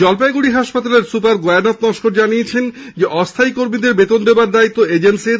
জলপাইগুড়ি হাসপাতালের সুপার গয়ানাথ নস্কর বলেন অস্হায়ী কর্মীদের বেতন দেওয়ার দায়িত্ব এজেন্সীর